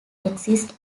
exist